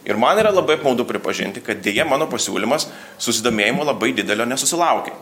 ir man yra labai apmaudu pripažinti kad deja mano pasiūlymas susidomėjimo labai didelio nesusilaukė